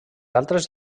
altres